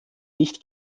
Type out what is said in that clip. nicht